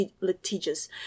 litigious